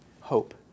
hope